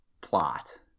plot